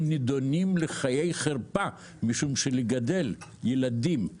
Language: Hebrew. הם נדונים לחיי חרפה משום שלגדל ילדים